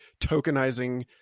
tokenizing